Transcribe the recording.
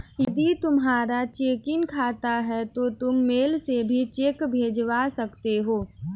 यदि तुम्हारा चेकिंग खाता है तो तुम मेल से भी चेक भिजवा सकते हो